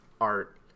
art